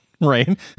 Right